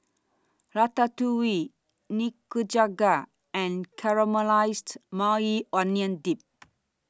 Ratatouille Nikujaga and Caramelized Maui Onion Dip